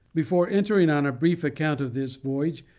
before entering on a brief account of this voyage,